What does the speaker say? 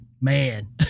man